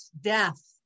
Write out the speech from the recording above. Death